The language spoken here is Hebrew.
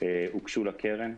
הוגשו לקרן.